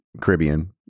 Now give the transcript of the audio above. Caribbean